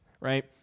right